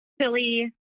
silly